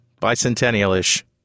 bicentennial-ish